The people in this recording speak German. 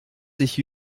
sich